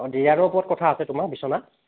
অঁ ডিজাইনৰ ওপৰত কথা আছে তোমাৰ বিচনা